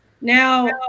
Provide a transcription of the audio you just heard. Now